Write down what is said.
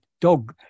dog